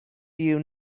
you